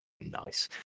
Nice